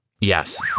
Yes